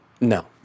No